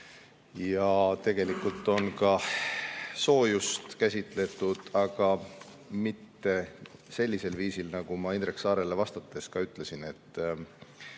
Ja tegelikult on ka soojust käsitletud, aga mitte sellisel viisil, nagu ma Indrek Saarele vastates ka ütlesin.